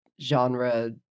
genre